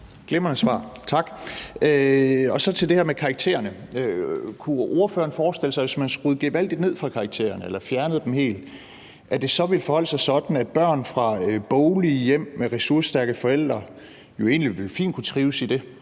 tak for det. Hvad angår det her med karaktererne, kunne ordføreren forestille sig, at hvis man skruede gevaldigt ned for karaktererne eller helt fjernede dem, så ville det forholde sig sådan, at børn fra boglige hjem med ressourcestærke forældre egentlig fint ville kunne trives i det,